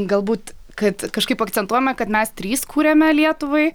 galbūt kad kažkaip akcentuojame kad mes trys kuriame lietuvai